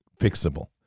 fixable